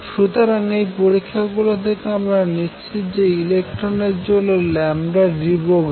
সুতরাং এই পরীক্ষা গুলি থেকে আমরা নিশ্চিত যে ইলেকট্রনের জন্য deBroglie